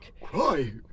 Cry